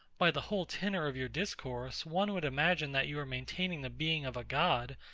by the whole tenor of your discourse, one would imagine that you were maintaining the being of a god,